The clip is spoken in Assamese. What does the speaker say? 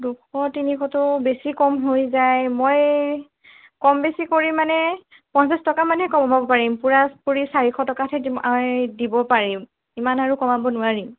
দুশ তিনিশতো বেছি কম হৈ যায় মই কম বেছি কৰি মানে পঞ্চাছ টকা মানহে কমাব পাৰিম পূৰা পূৰি চাৰিশ টকাতহে দিম দিব পাৰিম ইমান আৰু কমাব নোৱাৰিম